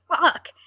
fuck